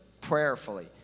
prayerfully